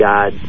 God